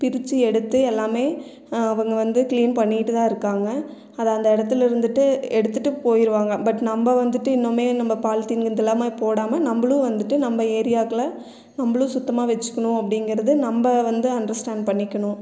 பிரிச்சு எடுத்து எல்லாமே அவங்க வந்து கிளீன் பண்ணிட்டுதான் இருக்காங்க அது அந்த இடத்துல இருந்துவிட்டு எடுத்துகிட்டுப் போயிருவாங்க பட் நம்ப வந்துவிட்டு இன்னுமே நம்ப பாலிதீன் இதுலாமே போடமால் நம்பளும் வந்துட்டு நம்ப ஏரியாக்குள்ளே நம்பளும் சுத்தமாக வச்சுக்கணும் அப்படிங்கிறது நம்ப வந்து அன்டர்ஸ்டேன்ட் பண்ணிக்கணும்